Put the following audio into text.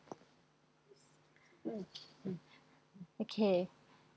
mmhmm okay